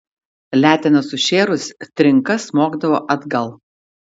letena sušėrus trinka smogdavo atgal